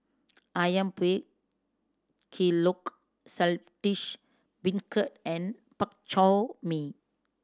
Ayam Buah Keluak Saltish Beancurd and Bak Chor Mee